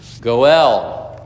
Goel